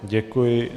Děkuji.